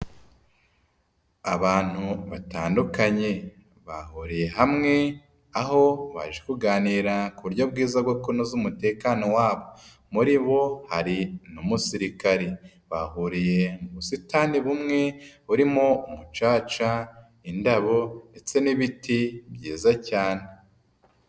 Abantu batandukanye. Bahuriye hamwe, aho baje kuganira ku buryo bwiza bwo kunoza umutekano wabo, muri bo hari n'umusirikari. Bahuriye mu busitani bumwe, burimo umucaca, indabo, ndetse n'ibiti byiza cyane.